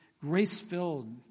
grace-filled